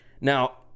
Now